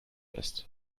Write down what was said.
ist